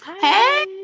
Hey